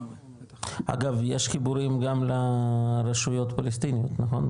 אגב, יש חיבורים גם לרשויות הפלסטיניות, נכון?